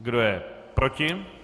Kdo je proti?